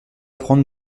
prendre